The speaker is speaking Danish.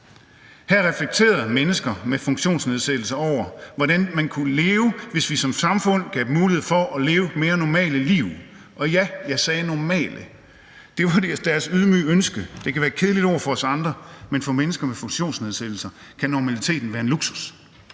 Her reflekterede mennesker med funktionsnedsættelser over, hvordan det ville være, hvis vi som samfund gav dem mulighed for at leve mere normale liv. Og ja, jeg sagde normale. Det var deres ydmyge ønske. Det kan være et kedeligt ord for os andre, men for mennesker med funktionsnedsættelser kan normaliteten være en luksus